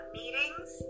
meetings